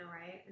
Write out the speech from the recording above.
right